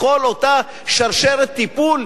בכל אותה שרשרת טיפול,